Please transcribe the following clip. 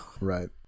Right